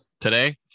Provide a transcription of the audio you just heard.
Today